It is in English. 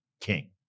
king